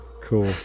cool